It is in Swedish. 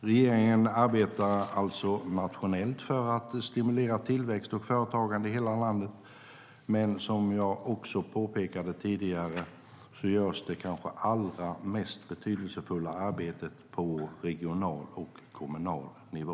Regeringen arbetar alltså nationellt för att stimulera tillväxt och företagande i hela landet, men som jag påpekade tidigare görs det kanske allra mest betydelsefulla arbetet på regional och kommunal nivå.